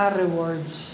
rewards